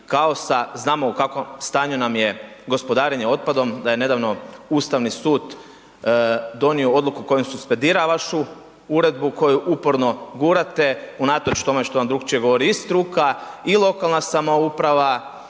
kaosa, znamo u kakvom stanju nam je gospodarenje otpadom, da je nedavno Ustavni sud donio odluku kojom suspendira vašu uredbu koju uporno gurate unatoč tome što vam drukčije govori i struka i lokalna samouprava.